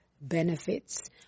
benefits